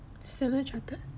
Standard Chartered